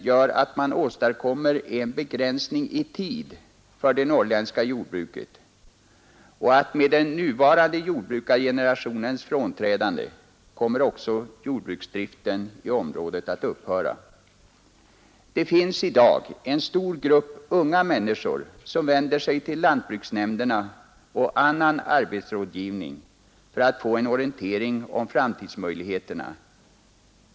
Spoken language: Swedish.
Därmed åstadkommer man en begränsning i tid för det norrländska jordbruket. Med den nuvarande jordbrukargenerationens frånträdande kommer också jordbruksdriften i området att upphöra. Det finns i dag en stor grupp unga människor som vänder sig till lantbruksnämnderna och annan arbetsrådgivning för att få en orientering om framtidsmöjligheterna.